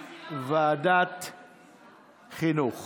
לוועדה שתקבע ועדת הכנסת נתקבלה.